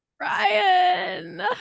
ryan